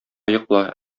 йокла